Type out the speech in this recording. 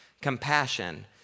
compassion